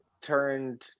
turned